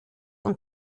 und